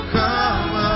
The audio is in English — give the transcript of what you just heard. come